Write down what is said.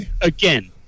again